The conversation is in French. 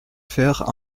faire